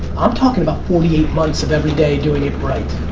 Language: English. i'm talking about forty eight months of every day doing it right.